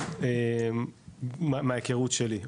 אז מההכרות שלי,